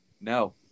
No